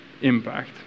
impact